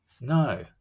No